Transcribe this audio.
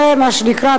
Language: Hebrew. זה מה שנקרא,